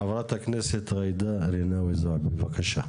חברת הכנסת ג'ידא רינאוי זועבי, בבקשה.